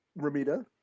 Ramita